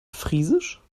friesisch